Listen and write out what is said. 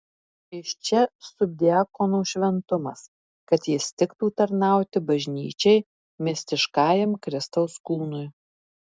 iš čia subdiakono šventumas kad jis tiktų tarnauti bažnyčiai mistiškajam kristaus kūnui